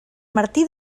martí